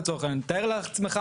אני אומר עוד פעם,